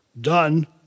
Done